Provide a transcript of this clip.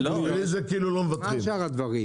כרגע מדברים על חקלאים,